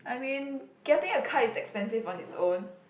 I mean getting a car is expensive on it's own